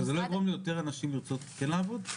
זה לא יגרום ליותר אנשים לרצות כן לעבוד?